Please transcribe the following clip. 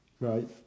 Right